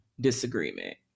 disagreement